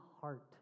heart